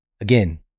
again